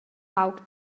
pauc